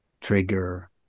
trigger